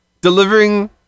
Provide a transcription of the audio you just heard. delivering